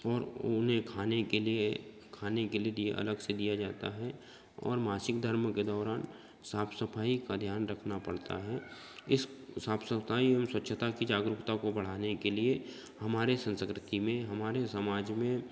और उन्हें खाने के लिए खाने के लिए दिया अलग से दिया जाता है और मासिक धर्म के दौरान साफ सफाई का ध्यान रखना पड़ता है इस साफ सफाई एवम स्वछता की जागरूकता को बढ़ाने के लिए हमारे संस्कृति में हमारे समाज में